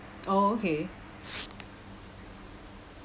oh okay